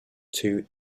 two